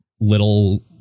little